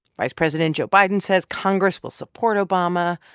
vice president joe biden says congress will support obama.